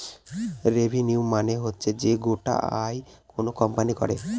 revenue মানে হচ্ছে যে গোটা আয় কোনো কোম্পানি করে